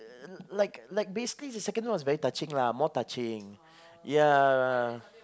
like like basically the second one was very touching lah more touching ya